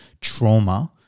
trauma